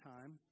time